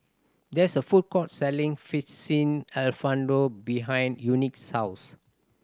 there is a food court selling Alfredo behind Unique's house